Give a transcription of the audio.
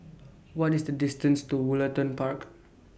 What IS The distance to Woollerton Park